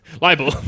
Libel